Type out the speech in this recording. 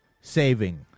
saving